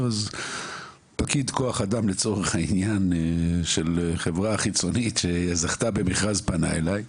פקיד כוח אדם לצורך העניין של חברה חיצונית שזכתה במכרז פנה אליי.